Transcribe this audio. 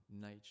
nature